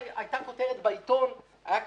הייתה כותרת בעיתון, היה כתוב: